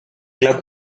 club